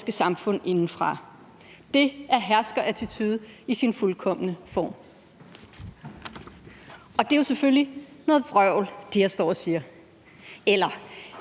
samfund indefra. Det er herskerattitude i sin fuldkomne form. Det er jo selvfølgelig noget vrøvl, jeg står og siger – eller